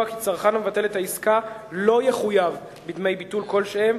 כי צרכן המבטל את העסקה לא יחויב בדמי ביטול כלשהם,